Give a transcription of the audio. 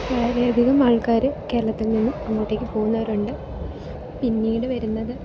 വളരെ അ അധികം ആൾക്കാർ കേരളത്തിൽ നിന്നും അങ്ങോട്ടേക്ക് പോകുന്നവരുണ്ട് പിന്നീട് വരുന്നത്